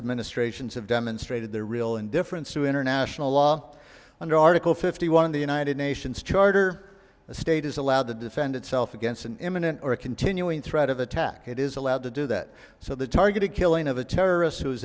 administrations have demonstrated their real indifference to international law under article fifty one of the united nations charter a state is allowed to defend itself against an imminent or continuing threat of attack it is allowed to do that so the targeted killing of a terrorist who